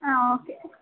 ആ ഓക്കേ